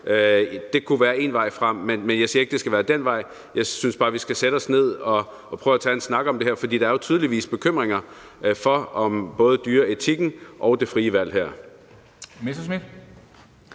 det være en vej frem. Jeg siger ikke, det skal være den vej. Jeg synes bare, vi skal sætte os ned og prøver at tage en snak om det her, for der er tydeligvis bekymringer både om dyreetik og det frie valg her.